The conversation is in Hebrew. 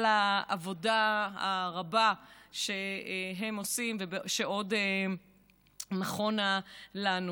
על העבודה הרבה שהם עושים ושעוד נכונה לנו.